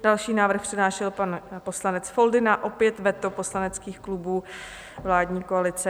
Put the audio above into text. Další návrh přednášel poslanec Foldyna, opět veto poslaneckých klubů vládní koalice.